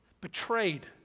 Betrayed